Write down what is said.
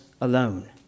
alone